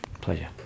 Pleasure